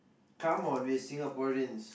come on we're Singaporeans